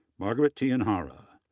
margaret tienhaara,